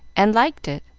and liked it,